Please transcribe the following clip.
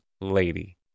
lady